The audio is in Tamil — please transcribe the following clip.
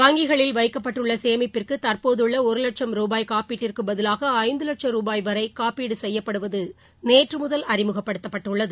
வங்கிகளில் வைக்கப்பட்டுள்ள சேமிப்பிற்கு தற்போதுள்ள ஒரு வட்ச ரூபாய் காப்பீட்டிற்கு பதிலாக ஐந்து வட்ச ரூபாய் வரை காப்பீடு செய்யப்படுவது நேற்று முதல் அறிமுகப்படுத்தப்பட்டுள்ளது